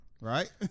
Right